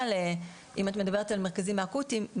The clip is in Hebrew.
אם את מדברת על המרכזים האקוטיים,